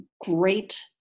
great